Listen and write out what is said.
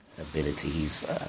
abilities